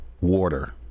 water